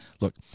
look